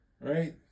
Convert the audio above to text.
right